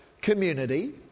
community